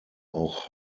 auch